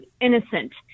innocent